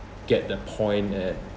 get that point and